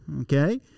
Okay